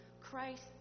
Christ